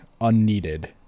unneeded